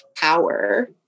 power